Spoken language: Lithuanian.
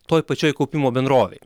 toj pačioj kaupimo bendrovėj